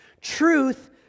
Truth